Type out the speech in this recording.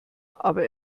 aber